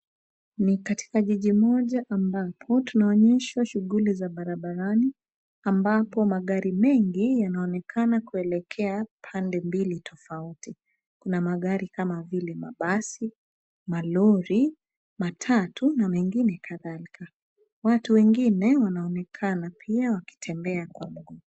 Ni katika jiji moja ambapo tunaonyeshwa shughuli za barabarani ambapo magari mengi, yanaonekana kuelekea pande mbili tofauti. Kuna magari kama vile mabasi, malori, matatu na mengine kadhalika. Watu wengine wanaonekana pia wakitembea kwa mguu.